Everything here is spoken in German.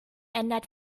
ändert